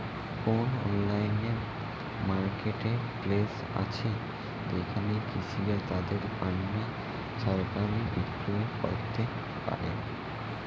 কোন online marketplace আছে যেখানে কৃষকরা তাদের পণ্য সরাসরি বিক্রি করতে পারে?